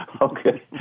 Okay